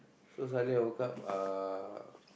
so suddenly I woke up uh